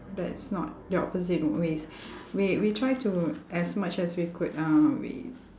that's not the opposite ways we we try to as much as we could uh we